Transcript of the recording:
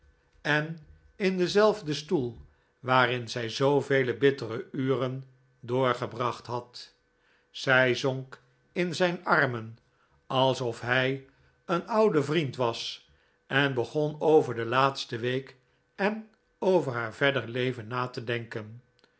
en in denzelfden stoel waarin zij zoovele bittere uren doorgebracht had zij zonk in zijn armen alsof hij een oude vriend was en begon over de laatste week en over haar verder leven na te denken